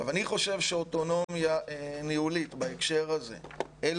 אני חושב שאוטונומיה ניהולית בהקשר הזה אל